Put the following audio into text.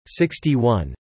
61